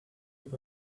with